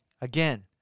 Again